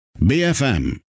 BFM